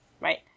right